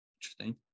Interesting